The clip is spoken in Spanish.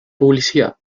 publicidad